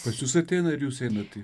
pas jus ateina ar jūs einat į